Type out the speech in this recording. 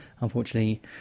unfortunately